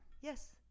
Yes